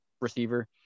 receiver